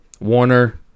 Warner